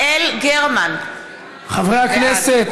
בעד חברי הכנסת,